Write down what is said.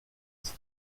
ist